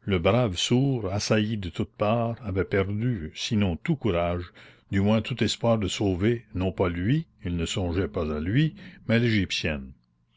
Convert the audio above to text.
le brave sourd assailli de toutes parts avait perdu sinon tout courage du moins tout espoir de sauver non pas lui il ne songeait pas à lui mais l'égyptienne